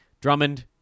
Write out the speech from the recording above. Drummond